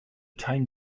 time